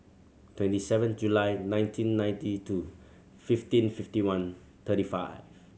twenty seven July nineteen ninety two fifteen fifty one thirty five